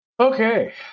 Okay